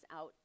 out